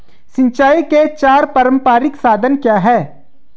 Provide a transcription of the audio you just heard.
सिंचाई के चार पारंपरिक साधन क्या हैं?